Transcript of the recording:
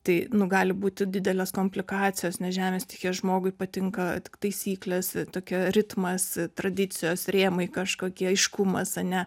tai nu gali būti didelės komplikacijos nes žemės stichijos žmogui patinka taisyklės tokia ritmas tradicijos rėmai kažkokie aiškumas ane